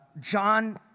John